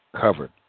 covered